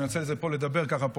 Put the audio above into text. אני מנצל את זה לדבר פה,